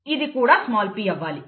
ఇది కూడా small p అవ్వాలి